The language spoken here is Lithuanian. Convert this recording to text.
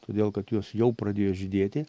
todėl kad jos jau pradėjo žydėti